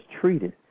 treated